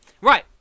Right